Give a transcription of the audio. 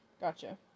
Gotcha